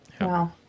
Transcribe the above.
Wow